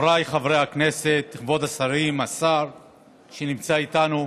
חבריי חברי הכנסת, כבוד השרים, השר שנמצא איתנו,